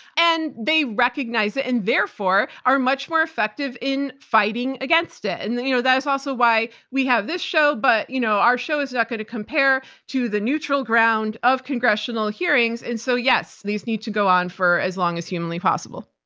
and they recognize it and therefore are much more effective in fighting against it. and you know that is also why we have this show, but you know our show is not going to compare to the neutral ground of congressional hearings, and so yes, these need to go on for as long as humanly possible.